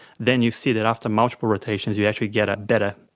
then you see that after multiple rotations you actually get a better,